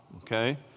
okay